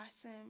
awesome